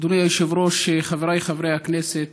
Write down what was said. אדוני היושב-ראש, חבריי חברי הכנסת,